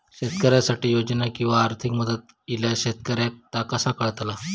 शेतकऱ्यांसाठी योजना किंवा आर्थिक मदत इल्यास शेतकऱ्यांका ता कसा कळतला?